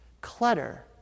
clutter